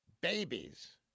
babies